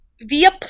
via